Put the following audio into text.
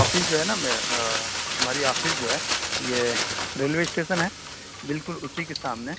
office جو ہے نا میرا ہماری آفس جو ہے یہ ریلوے اسٹیسن ہے بالکل اسی کے سامنے